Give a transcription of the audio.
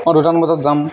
অঁ দুটামান বজাত যাম